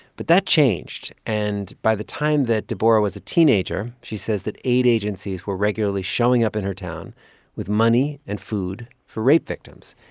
but that changed. and by the time that deborah was a teenager, she says that aid agencies were regularly showing up in her town with money and food for rape victims.